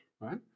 right